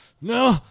No